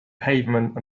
pavement